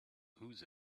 whose